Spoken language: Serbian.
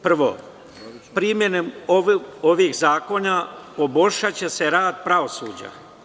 Prvo, primenom ovih zakona poboljšaće se rad pravosuđa.